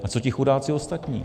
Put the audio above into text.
A co ti chudáci ostatní?